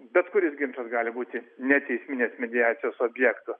bet kuris ginčas gali būti neteisminės mediacijos objektu